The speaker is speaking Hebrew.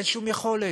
אין שום יכולת.